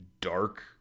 dark